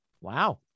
Wow